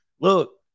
Look